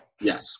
Yes